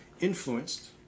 influenced